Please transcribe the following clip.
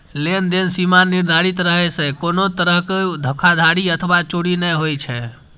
लेनदेन सीमा निर्धारित रहै सं कोनो तरहक धोखाधड़ी अथवा चोरी नै होइ छै